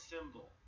symbol